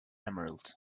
emerald